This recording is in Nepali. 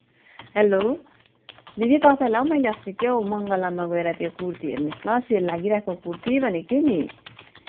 हेल्लो दिदी तपाईँलाई हौ मैले अस्ति के हो मङ्गलममा गएर त्यो कुर्ती हेर्नुहोस् ल सेल लागिरहेको कुर्ती भनेको थिएँ नि